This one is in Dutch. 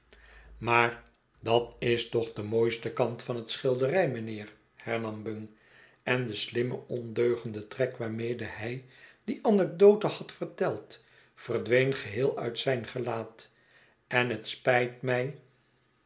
maar dat is toch de mooiste kant van de schilderij mijnheer hernam bung en de slimme ondeugende trek waarmede hij die anecdote had verteld verdween geheei uit zijn gelaat en het spijt mij